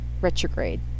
retrograde